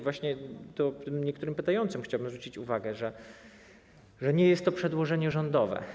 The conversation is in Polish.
Właśnie niektórym pytającym chciałbym zwrócić uwagę, że to nie jest przedłożenie rządowe.